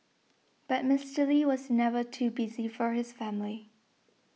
but Mister Lee was never too busy for his family